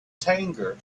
tangier